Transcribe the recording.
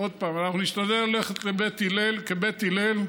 עוד פעם, נשתדל ללכת לפי בית הלל, כבית הלל,